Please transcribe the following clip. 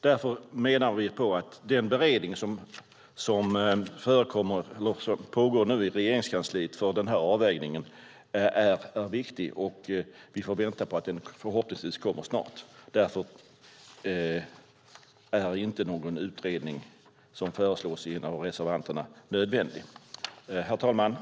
Därför menar vi att den beredning som nu pågår inom Regeringskansliet beträffande avvägningen är viktig. Vi får vänta på den, och förhoppningsvis kommer den snart. Därför är inte en sådan utredning som föreslås i en av reservationerna nödvändig. Herr talman!